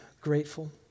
grateful